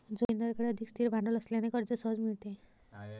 जोगिंदरकडे अधिक स्थिर भांडवल असल्याने कर्ज सहज मिळते